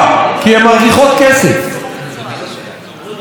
איפה ניגוד העניינים?